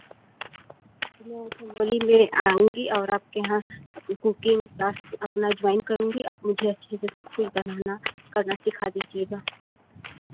मैं आपके होली में आऊँगी और आपके यहाँ कुकिंग क्लास अपना ज्वाईन करूँगी आप मुझे अच्छे से सब कुछ बनाना करना सिखा दीजिएगा